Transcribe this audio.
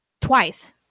twice